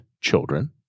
children